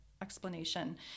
explanation